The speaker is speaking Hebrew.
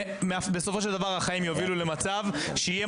בסופו של דבר החיים יובילו למצב שיהיה